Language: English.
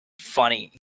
Funny